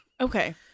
okay